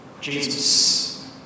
Jesus